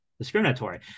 discriminatory